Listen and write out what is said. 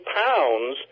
pounds